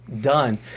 Done